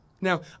Now